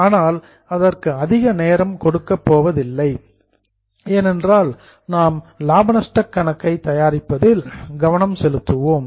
ஆனால் அதற்கு அதிக நேரம் கொடுக்கப் போவதில்லை ஏனென்றால் நாம் லாப நஷ்ட கணக்கை தயாரிப்பதில் போக்கஸ் கவனம் செலுத்துவோம்